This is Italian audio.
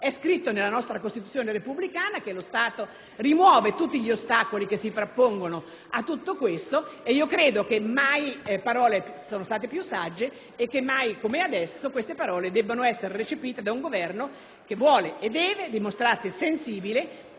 È scritto nella nostra Costituzione repubblicana che lo Stato rimuove gli ostacoli che si frappongono a tutto questo. Credo che mai parole siano state più sagge e che mai come adesso esse debbano essere recepite da un Governo che vuole e deve dimostrarsi sensibile